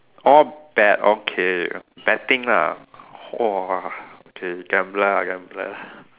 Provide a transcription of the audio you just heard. oh bet okay betting ah !whoa! okay gambler ah gambler